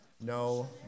No